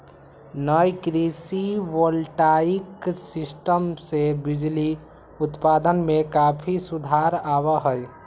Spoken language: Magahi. नई कृषि वोल्टाइक सीस्टम से बिजली उत्पादन में काफी सुधार आवा हई